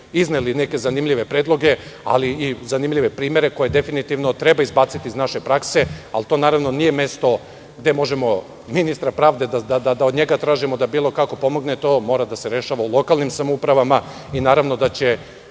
izneli neke zanimljive predloge, ali i zanimljive primere koje definitivno treba izbaciti iz naše prakse, ali to naravno nije mesto gde možemo od ministra pravde da tražimo da bilo kako pomogne. To mora da se rešava u lokalnim samoupravama i naravno da će